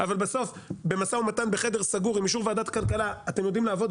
אבל בסוף במשא ומתן בחדר סגור עם אישור ועדת הכלכלה אתם יודעים לעבוד,